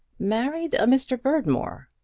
married a mr. berdmore!